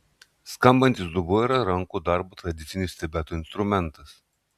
skambantis dubuo yra rankų darbo tradicinis tibeto instrumentas